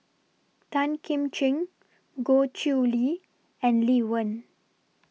Tan Kim Ching Goh Chiew Lye and Lee Wen